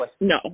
No